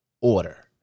order